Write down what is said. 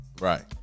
Right